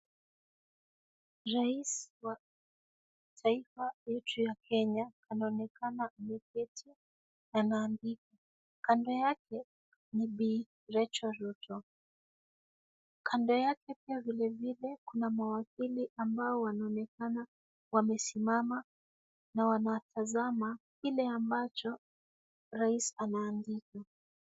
Rais wa taifa yetu ya Kenya anaonekana ameketi anaandika. Kando yake, ni Bi. Rachael Ruto. Kando yake pia vilevile kuna mawakili ambao wanaonekana wamesimama na wanatazama kile ambacho rais anaandika.